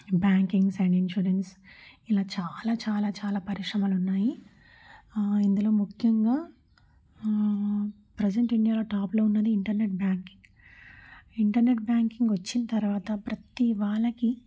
bankings and insurance ఇలా చాలా చాలా చాలా పరిశ్రమలు ఉన్నాయి ఇందులో ముఖ్యంగా ప్రజంట్ ఇండియాలో టాప్లో ఉన్నది ఇంటర్నెట్ బ్యాంకింగ్ ఇంటర్నెట్ బ్యాంకింగ్ వచ్చిన తర్వాత ప్రతీ వాళ్ళకి